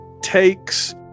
takes